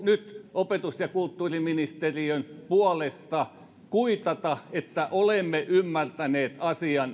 opetus ja kulttuuriministeriön puolesta kuitata että olemme ymmärtäneet asian